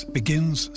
begins